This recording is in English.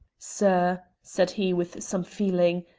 sir, said he, with some feeling,